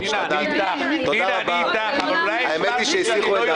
עיסאווי, אני חייב להתערב.